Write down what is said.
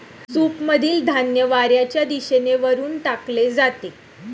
सूपमधील धान्य वाऱ्याच्या दिशेने वरून टाकले जाते